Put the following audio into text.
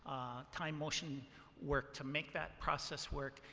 time motion work to make that process work,